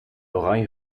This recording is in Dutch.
oranje